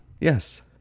Yes